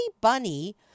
Bunny